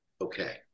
okay